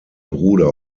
bruder